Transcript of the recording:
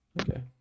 Okay